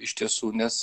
iš tiesų nes